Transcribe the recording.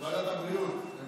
לוועדת הבריאות.